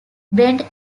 brent